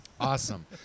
Awesome